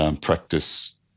practice